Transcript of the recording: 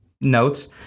notes